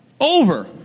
over